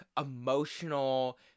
emotional